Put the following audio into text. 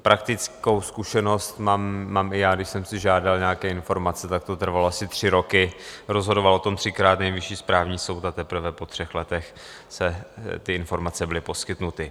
Praktickou zkušenost mám i já, když jsem si žádal nějaké informace, tak to trvalo asi tři roky, rozhodoval o tom třikrát Nejvyšší správní soud a teprve po třech letech ty informace byly poskytnuty.